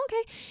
okay